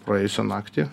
praėjusią naktį